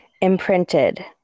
imprinted